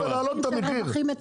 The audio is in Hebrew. זו תחרות בהעלאת מחירים,